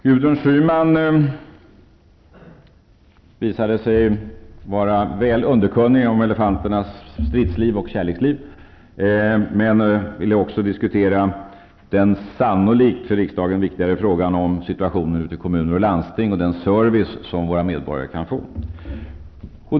Gudrun Schyman visade sig vara väl underkunnig om elefanternas strids och kärleksliv. Men hon vill också diskutera den för riksdagen sannolikt viktigare frågan om situationen ute i kommuner och landsting och den servic som våra medborgare kan få.